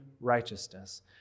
righteousness